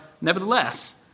nevertheless